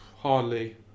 Hardly